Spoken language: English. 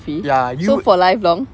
ya you